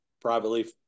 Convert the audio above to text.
privately